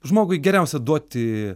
žmogui geriausia duoti